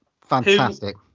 fantastic